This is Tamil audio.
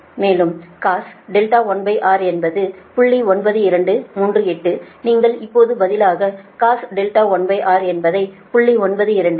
மேலும் cos Cos R1 என்பது 09238 நீங்கள் இப்போது பதிலாக Cos R1 என்பதை 0